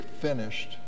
finished